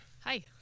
Hi